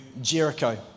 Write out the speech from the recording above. Jericho